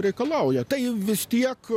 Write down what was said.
reikalauja tai vis tiek